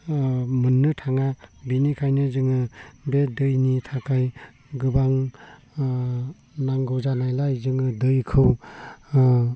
मोननो थाङा बेनिखायनो जोङो बे दैनि थाखाय गोबां नांगौ जानायलाय जोङो दैखौ